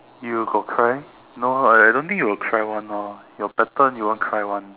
you got cry no I I don't think you'll cry [one] orh your pattern you won't cry [one]